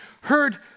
heard